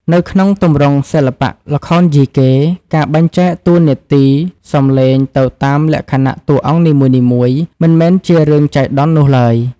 នៅក្នុងទម្រង់សិល្បៈល្ខោនយីកេ ការបែងចែកតួនាទីសំឡេងទៅតាមលក្ខណៈតួអង្គនីមួយៗ មិនមែនជារឿងចៃដន្យនោះឡើយ។